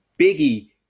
biggie